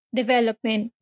development